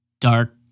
dark